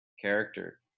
character